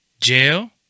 Jail